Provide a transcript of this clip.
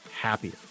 happier